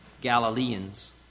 Galileans